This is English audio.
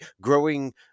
growing